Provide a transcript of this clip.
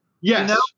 Yes